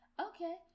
okay